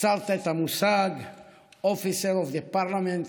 יצרת את המושג Officer of the Parliament,